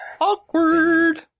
Awkward